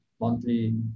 monthly